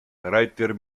writer